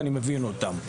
ואני מבין אותם.